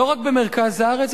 לא רק במרכז הארץ,